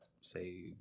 say